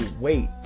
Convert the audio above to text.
wait